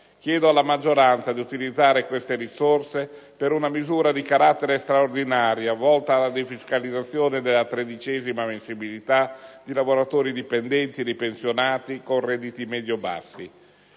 chiedo alla maggioranza di utilizzare queste risorse per una misura di carattere straordinario volta alla defiscalizzazione della tredicesima mensilità dei lavoratori dipendenti e dei pensionati con redditi medio-bassi.